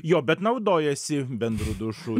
jo bet naudojasi bendru dušu